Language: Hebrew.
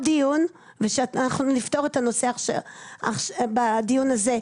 דיון ושאנחנו נפתור את הנושא בדיון הזה.